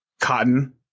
cotton